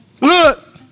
Look